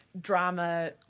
drama